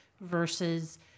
versus